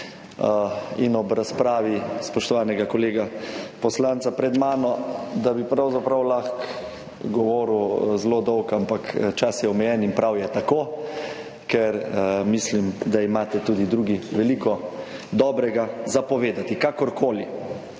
in ob razpravi spoštovanega kolega poslanca pred mano, da bi pravzaprav lahko govoril zelo dolgo, ampak čas je omejen in prav je tako, ker mislim, da imate tudi drugi veliko dobrega povedati. Kakorkoli,